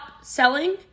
selling